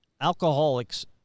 alcoholics